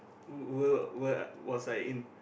what world was I in